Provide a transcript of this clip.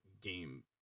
game